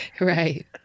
Right